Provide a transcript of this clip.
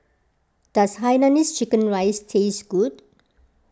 does Hainanese Chicken Rice taste good